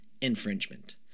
infringement